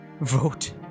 Vote